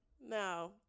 No